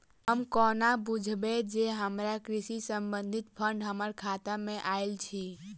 हम कोना बुझबै जे हमरा कृषि संबंधित फंड हम्मर खाता मे आइल अछि?